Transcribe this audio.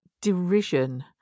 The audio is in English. derision